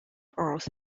earth